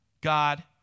God